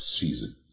season